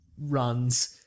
runs